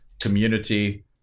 community